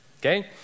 okay